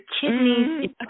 kidneys